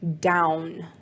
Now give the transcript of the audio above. down